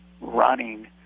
running